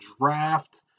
Draft